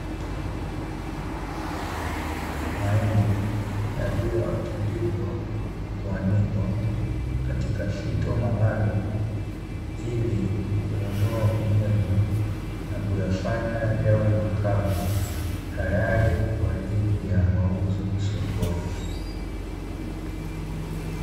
Mahindi yaliyotundikwa na kuanikwa katika fito mawado, ili kuondoa unyevu, na kuyafanya yawe makavu tayari kwa ajili ya mauzo sokoni.